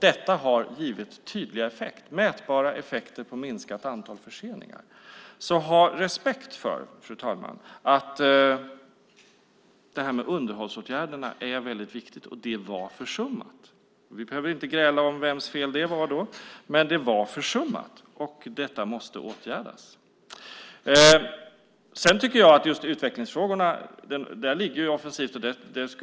Detta har givit tydliga och mätbara effekter på minskat antal förseningar. Ha respekt för, fru talman, att underhållsåtgärder är viktiga. De var försummade. Vi behöver inte gräla om vems fel det var, men de var försummade. Detta måste åtgärdas. I utvecklingsfrågorna ligger vi offensivt.